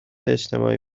اجتماعی